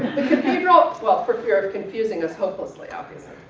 for ah so ah for fear of confusing us hopelessly obviously.